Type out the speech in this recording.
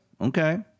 Okay